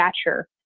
stature